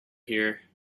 here